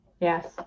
Yes